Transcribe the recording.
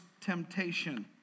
temptation